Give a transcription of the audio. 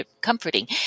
comforting